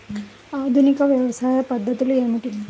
ఆధునిక వ్యవసాయ పద్ధతులు ఏమిటి?